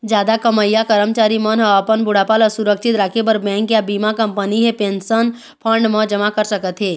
जादा कमईया करमचारी मन ह अपन बुढ़ापा ल सुरक्छित राखे बर बेंक या बीमा कंपनी हे पेंशन फंड म जमा कर सकत हे